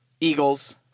eagles